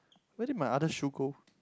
where did my other shoe go